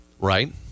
right